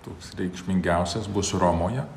toks reikšmingiausias bus romoje